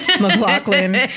McLaughlin